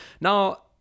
Now